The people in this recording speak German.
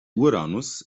uranus